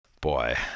Boy